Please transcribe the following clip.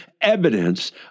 evidence